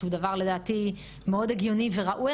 שלדעתי הוא מאוד הגיוני וראוי.